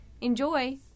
Enjoy